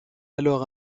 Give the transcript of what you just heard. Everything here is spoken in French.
alors